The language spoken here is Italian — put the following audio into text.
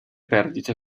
perdite